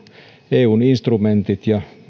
eun instrumentit ja